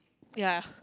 ya